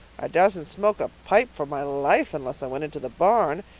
i darsn't smoke a pipe for my life unless i went to the barn.